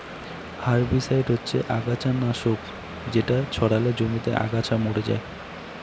herbicide হচ্ছে আগাছা নাশক যেটা ছড়ালে জমিতে আগাছা মরে যায়